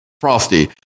Frosty